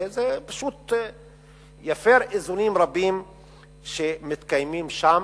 זה פשוט יפר איזונים רבים שמתקיימים שם,